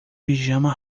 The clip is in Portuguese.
pijama